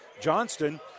Johnston